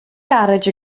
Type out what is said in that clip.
garej